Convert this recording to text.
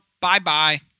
Bye-bye